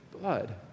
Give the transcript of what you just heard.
blood